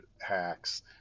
hacks